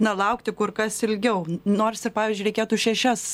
na laukti kur kas ilgiau nors ir pavyzdžiui reikėtų šešias